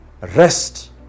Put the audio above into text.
rest